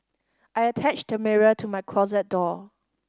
I attached the mirror to my closet door